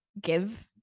give